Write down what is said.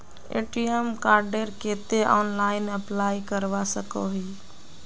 ATM कार्डेर केते online apply करवा सकोहो ही?